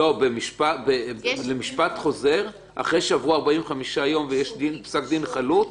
במשפט חוזר, אחרי שעברו 45 ימים ויש פסק דין חלוט,